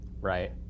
Right